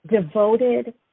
devoted